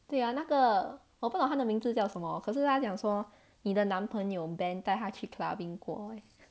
对呀那个我不懂他的名字叫什么可是他讲说你的男朋友 ben 带他去 clubbing 过诶